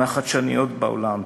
מהחדשניות בעולם,